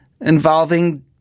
involving